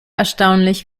erstaunlich